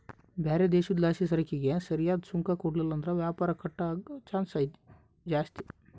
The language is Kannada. ಬ್ಯಾರೆ ದೇಶುದ್ಲಾಸಿಸರಕಿಗೆ ಸರಿಯಾದ್ ಸುಂಕ ಕೊಡ್ಲಿಲ್ಲುದ್ರ ವ್ಯಾಪಾರ ಕಟ್ ಆಗೋ ಚಾನ್ಸ್ ಜಾಸ್ತಿ